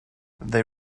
they